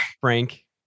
Frank